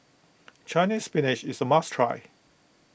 Chinese Spinach is a must try